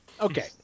Okay